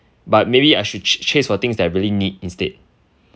but maybe I should ch~ chase for things that I really need instead